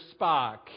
Spock